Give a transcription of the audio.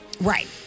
Right